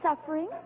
suffering